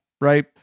right